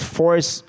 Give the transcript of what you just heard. force